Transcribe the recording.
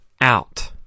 Out